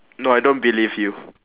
no I don't believe you